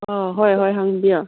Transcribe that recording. ꯑꯥ ꯍꯣꯏ ꯍꯣꯏ ꯍꯪꯕꯤꯌꯣ